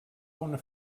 una